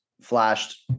flashed